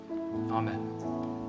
Amen